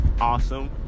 awesome